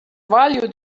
value